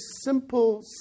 simple